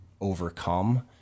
overcome